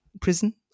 prison